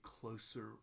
closer